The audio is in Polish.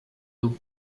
lub